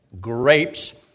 grapes